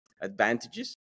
advantages